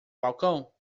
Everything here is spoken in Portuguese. balcão